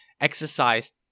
exercise